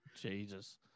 Jesus